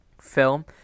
film